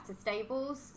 stables